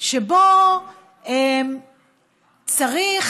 שבו צריך,